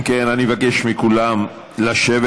אם כן, אני מבקש מכולם לשבת.